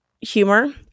humor